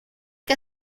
que